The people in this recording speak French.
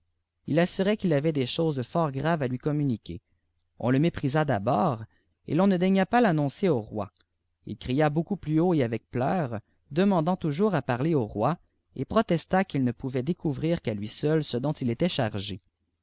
il avait des choses fort graves à lui communiquer lï le méprisa d'abord et ton ne daigna pas l'annoncer au roi il cria beaucoup plus haut et avec pleurs demandant toujours à parier au roi et protesta qu'il ne pouvait découvrir qu'à lui seul ce dont ilétait chargé